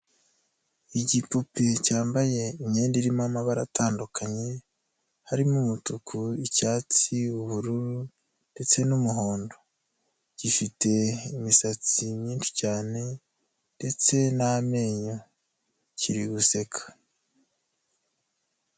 Igipupe cyambaye imyenda irimo amabara atandukanye, harimo umutuku, icyatsi w'ubururu ndetse n'umuhondo, gifite imisatsi myinshi cyane ndetse n'amenyo kiri guseka.